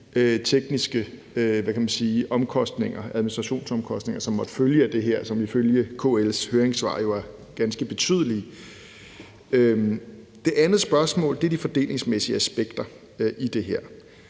og de administrationsomkostninger, som måtte følge af det her, og som jo ifølge KL's høringssvar er ganske betydelige. Det andet spørgsmål vedrører de fordelingsmæssige aspekter i det her.